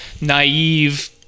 naive